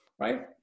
right